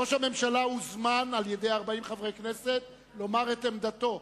ראש הממשלה הוזמן על-ידי 40 מחברי הכנסת לומר את עמדתו.